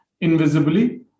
invisibly